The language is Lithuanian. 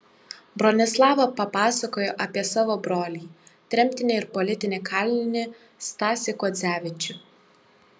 bronislava papasakojo apie savo brolį tremtinį ir politinį kalinį stasį kuodzevičių